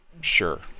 sure